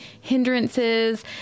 hindrances